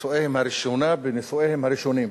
נישואיהם הראשונה בנישואיהם הראשונים,